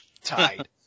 Tied